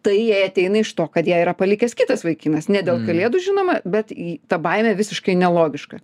tai jai ateina iš to kad ją yra palikęs kitas vaikinas ne dėl kalėdų žinoma bet į ta baimė visiškai nelogiška